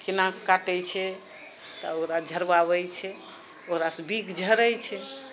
केना काटै छै तऽ ओकरा झरबाबै छै ओकरासँ बिख झरै छै